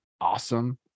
awesome